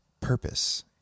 purpose